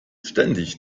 ständig